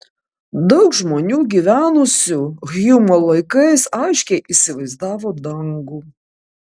daug žmonių gyvenusių hjumo laikais aiškiai įsivaizdavo dangų